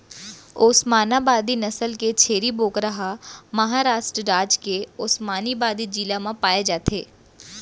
ओस्मानाबादी नसल के छेरी बोकरा ह महारास्ट राज के ओस्मानाबादी जिला म पाए जाथे